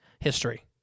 history